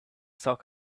talk